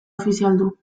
ofizialdu